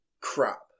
crap